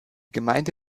gemeinde